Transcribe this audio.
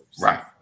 Right